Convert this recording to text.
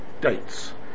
dates